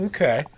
Okay